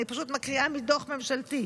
פשוט אני מקריאה מדוח ממשלתי,